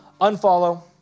unfollow